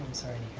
sorry